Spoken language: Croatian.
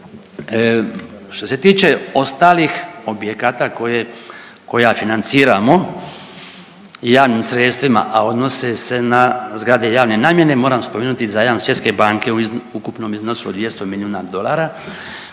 Što se tiče ostalih objekata koje, koja financiramo javnim sredstvima, a odnose se na zgrade javne namjene moram spomenuti zajam Svjetske banke u ukupnom iznosu od 200 milijuna dolara